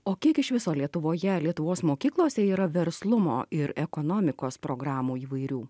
o kiek iš viso lietuvoje lietuvos mokyklose yra verslumo ir ekonomikos programų įvairių